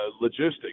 logistics